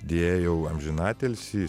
deja jau amžinatilsį